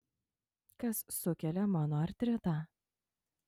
kas sukelia monoartritą